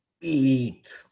eat